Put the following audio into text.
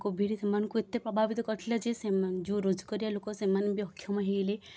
Covid ସେମାନଙ୍କୁ ଏତେ ପ୍ରଭାବିତ କରିଥିଲା ଯେ ସେମାନେ ଯେଉଁ ରୋଜଗାରିଆ ଲୋକ ସେମାନେ ବି ଅକ୍ଷମ ହେଇଗଲେ